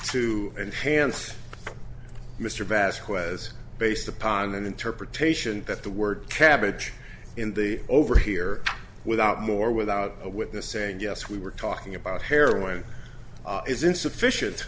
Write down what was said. enhance mr bass ques based upon an interpretation that the word cabbage in the over here without more without a witness saying yes we were talking about heroin is insufficient